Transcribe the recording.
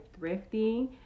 thrifting